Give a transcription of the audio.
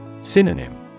Synonym